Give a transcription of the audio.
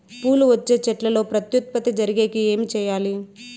పూలు వచ్చే చెట్లల్లో ప్రత్యుత్పత్తి జరిగేకి ఏమి చేయాలి?